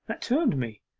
that turned me!